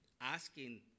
asking